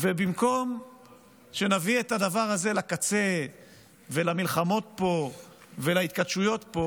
ובמקום שנביא את הדבר הזה לקצה ולמלחמות פה ולהתכתשויות פה,